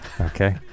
Okay